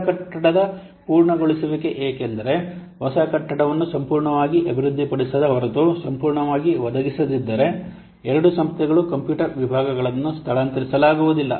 ಹೊಸ ಕಟ್ಟಡದ ಪೂರ್ಣಗೊಳಿಸುವಿಕೆ ಏಕೆಂದರೆ ಹೊಸ ಕಟ್ಟಡವನ್ನು ಸಂಪೂರ್ಣವಾಗಿ ಅಭಿವೃದ್ಧಿಪಡಿಸದ ಹೊರತು ಸಂಪೂರ್ಣವಾಗಿ ಒದಗಿಸದಿದ್ದರೆ ಎರಡೂ ಸಂಸ್ಥೆಗಳ ಕಂಪ್ಯೂಟರ್ ವಿಭಾಗಗಳನ್ನು ಸ್ಥಳಾಂತರಿಸಲಾಗುವುದಿಲ್ಲ